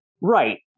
Right